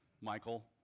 Michael